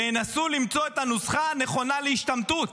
וינסו למצוא את הנוסחה הנכונה להשתמטות.